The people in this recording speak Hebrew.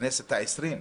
בכנסת העשרים,